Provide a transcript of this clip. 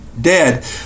dead